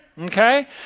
Okay